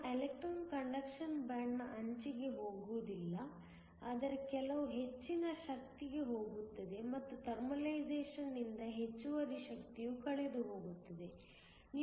ನಿಮ್ಮ electron conduction band ನ ಅಂಚಿಗೆ ಹೋಗುವುದಿಲ್ಲ ಆದರೆ ಕೆಲವು ಹೆಚ್ಚಿನ ಶಕ್ತಿಗೆ ಹೋಗುತ್ತದೆ ಮತ್ತು ಥರ್ಮಲೈಸೇಶನ್ನಿಂದ ಹೆಚ್ಚುವರಿ ಶಕ್ತಿಯು ಕಳೆದುಹೋಗುತ್ತದೆ